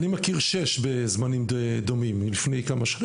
אני מכיר 6 בזמנים דומים, מלפני כמה שנים.